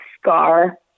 scar